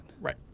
right